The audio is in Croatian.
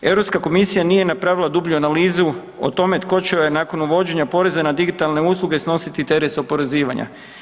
Europska komisija nije napravila dublju analizu o tome tko će joj nakon uvođenja poreza na digitalne usluge snositi teret oporezivanja.